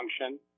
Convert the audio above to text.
function